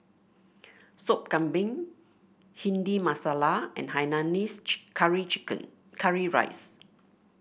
Sop Kambing Bhindi Masala and Hainanese Curry Chicken Curry Rice